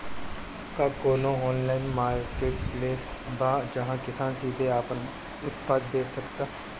का कोनो online marketplace बा जहां किसान सीधे अपन उत्पाद बेच सकता?